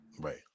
Right